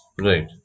Right